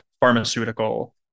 pharmaceutical